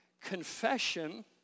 confession